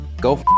go